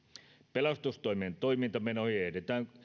pelastustoimien toimintamenoihin ehdotetaan